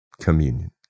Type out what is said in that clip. Communion